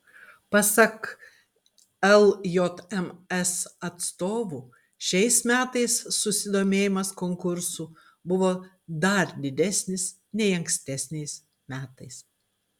pasak ljms atstovų šiais metais susidomėjimas konkursu buvo dar didesnis nei ankstesniais metais